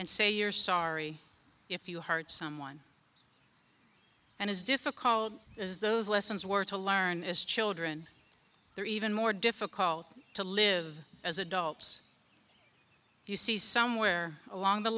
and say you're sorry if you hurt someone and as difficult as those lessons were to learn as children they're even more difficult to live as adults if you see somewhere along the